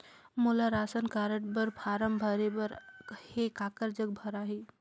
मोला ration card बर form भरे बर हे काकर जग भराही?